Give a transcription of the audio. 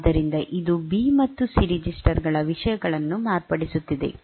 ಆದ್ದರಿಂದ ಇದು ಬಿ ಮತ್ತು ಸಿ ರೆಜಿಸ್ಟರ್ ಗಳ ವಿಷಯಗಳನ್ನು ಮಾರ್ಪಡಿಸುತ್ತಿದೆ